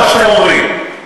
כמו שאתם אומרים.